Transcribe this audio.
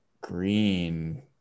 Green